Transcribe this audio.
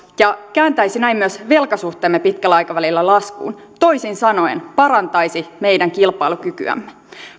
ja kääntäisi näin myös velkasuhteemme pitkällä aikavälillä laskuun toisin sanoen parantaisi meidän kilpailukykyämme